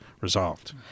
resolved